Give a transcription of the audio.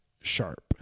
sharp